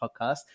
podcast